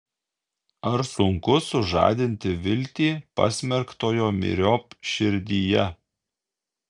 ar sunku sužadinti viltį pasmerktojo myriop širdyje